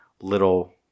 little